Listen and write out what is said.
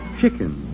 chicken